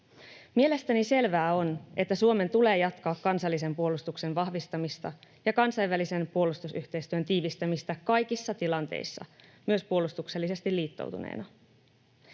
Mielestäni selvää on, että Suomen tulee jatkaa kansallisen puolustuksen vahvistamista ja kansainvälisen puolustusyhteistyön tiivistämistä kaikissa tilanteissa, myös puolustuksellisesti liittoutuneena.